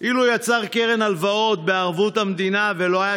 אילו יצר קרן הלוואות בערבות המדינה ולא היו